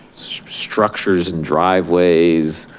structures and driveways,